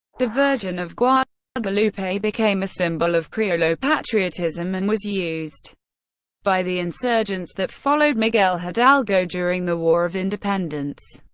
the virgin of guadalupe guadalupe became a symbol of criollo patriotism and was used by the insurgents that followed miguel hidalgo during the war of independence.